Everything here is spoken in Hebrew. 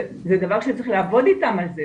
זה דבר שצריך לעבוד איתם על זה,